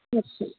আচ্ছা